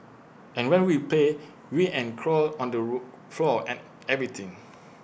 and when we play we and crawl on the roof floor and everything